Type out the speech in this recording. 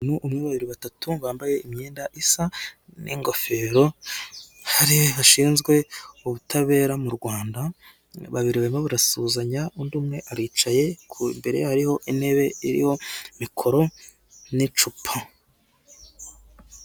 Ni umwe batatu bambaye imyenda isa n'ingofero bashinzwe ubutabera mu rwanda, babiri barimo barasuhuzanya undi umwe aricaye ku imbere ye hariho intebe iriho mikoro n'icupa.